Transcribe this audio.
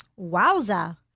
Wowza